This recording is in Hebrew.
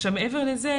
מעבר לזה,